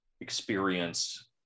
experience